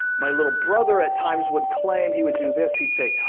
my little brother at times would claim, he would do this, he'd say,